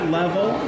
level